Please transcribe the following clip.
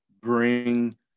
bring